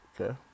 Okay